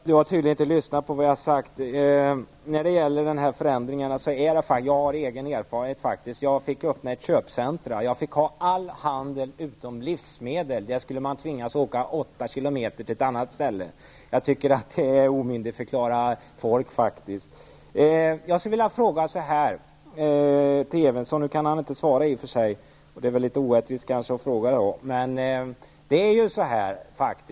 Fru talman! Rune Evensson har tydligen inte lyssnat på vad jag har sagt. Jag har egen erfarenhet av detta. Jag fick öppna ett köpcentrum, och där fick jag ha all handel utom livsmedelshandel. Folk skulle tvingas åka 8 km till ett annat ställe för att köpa livsmedel. Jag tycker att det är att omyndigförklara folk. Nu kan han i och för sig inte svara, och det är väl litet orättvist att fråga då.